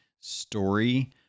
story